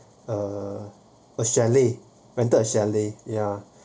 uh a chalet rented chalet ya